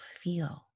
feel